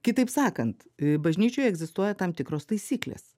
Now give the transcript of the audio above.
kitaip sakant bažnyčioje egzistuoja tam tikros taisyklės